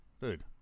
dude